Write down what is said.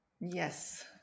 yes